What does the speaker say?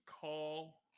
call